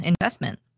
investment